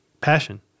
passion